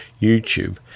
YouTube